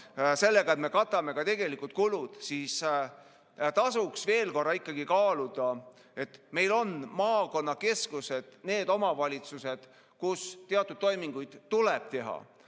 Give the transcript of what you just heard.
sellega, et me katame tegelikud kulud, siis tasuks veel kord kaaluda seda, et meil on maakonnakeskused, need omavalitsused, kus teatud toiminguid tuleb teha,